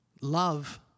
Love